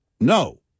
No